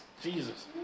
Jesus